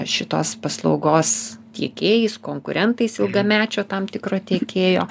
šitos paslaugos tiekėjais konkurentais ilgamečio tam tikro tiekėjo